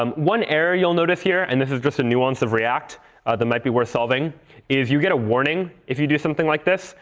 um one error you'll notice here and this is just a nuance of react that might be worth solving is, you get a warning if you do something like this,